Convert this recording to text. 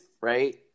right